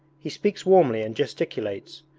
he speaks warmly and gesticulates,